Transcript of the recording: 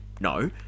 no